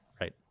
right